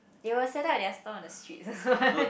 they will setup their stalls on the street